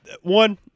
One